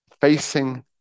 facing